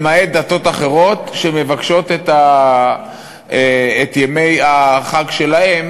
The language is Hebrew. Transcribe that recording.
למעט דתות אחרות שמבקשות את ימי החג שלהן